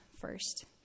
first